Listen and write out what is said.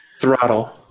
throttle